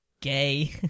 Gay